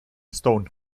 stone